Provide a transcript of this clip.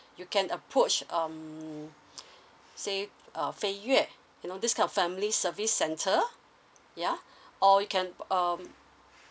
you can approach um say uh fei yue you know this kind of family service centre ya or you can um